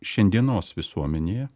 šiandienos visuomenėje